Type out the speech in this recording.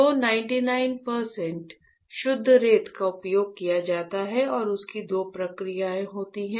तो 999 प्रतिशत शुद्ध रेत का उपयोग किया जाता है और उसकी दो प्रक्रियाएँ होती हैं